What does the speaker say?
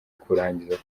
kurangiza